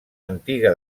antiga